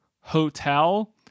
hotel